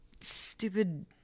stupid